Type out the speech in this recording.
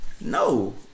no